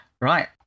Right